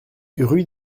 rue